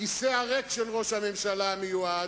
הכיסא הריק של ראש הממשלה המיועד,